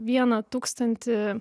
vieną tūkstantį